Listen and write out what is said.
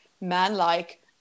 manlike